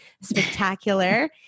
spectacular